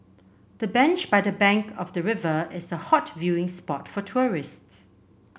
the bench by the bank of the river is a hot viewing spot for tourists